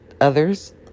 others